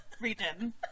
Region